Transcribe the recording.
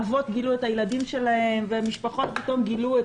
אבות גילו את הילדים שלהם ומשפחות פתאום גילו את